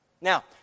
Now